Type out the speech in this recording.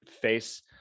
face